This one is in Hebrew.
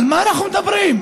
על מה אנחנו מדברים?